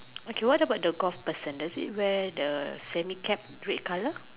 okay what about the golf person does he wear the semi cap red colour